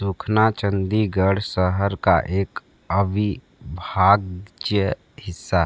सुखना चंडीगढ़ शहर का एक अविभाज्य हिस्सा